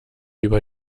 über